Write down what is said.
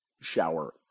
shower